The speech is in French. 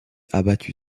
abattue